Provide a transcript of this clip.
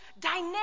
dynamic